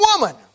woman